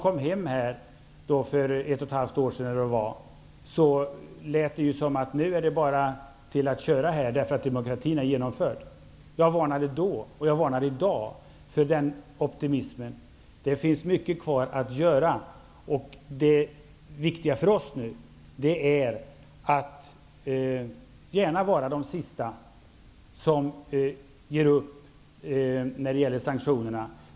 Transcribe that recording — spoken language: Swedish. När den kom hem för cirka ett och ett halvt år sedan lät det som om det nu bara var att köra vidare -- Jag varnade då och jag varnar i dag för den optimismen. Det finns mycket att göra, och det viktiga för oss nu är att gärna vara de sista som upphäver sanktionerna.